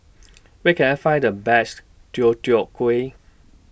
Where Can I Find The Best Deodeok Gui